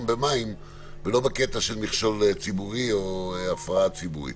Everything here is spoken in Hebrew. במים ולא בקטע של מכשול ציבורי או הפרעה ציבורית.